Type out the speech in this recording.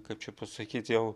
kaip čia pasakyt jau